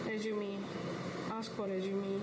excuse me ask forever